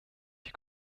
die